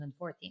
2014